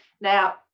Now